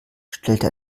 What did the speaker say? stellte